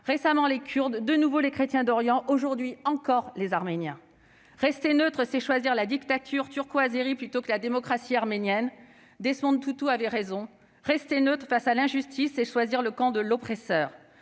récemment les Kurdes, de nouveau les chrétiens d'Orient, aujourd'hui encore les Arméniens. Rester neutre, c'est choisir la dictature turco-azérie plutôt que la démocratie arménienne. Desmond Tutu avait raison : rester neutre face à l'injustice, c'est choisir le camp de l'oppresseur.